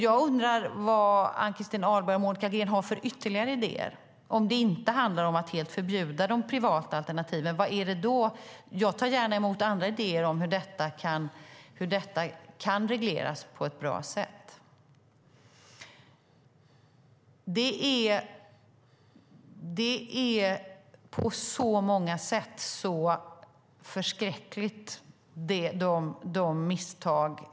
Jag undrar vad Ann-Christin Ahlberg och Monica Green har för ytterligare idéer, om det inte handlar om att helt förbjuda de privata alternativen. Jag tar gärna emot andra idéer om hur detta kan regleras på ett bra sätt. De misstag och fel som har begåtts är förskräckliga på många sätt.